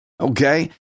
Okay